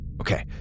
Okay